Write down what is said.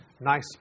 Nice